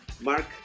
Mark